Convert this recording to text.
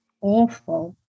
awful